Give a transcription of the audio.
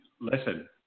listen